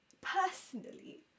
personally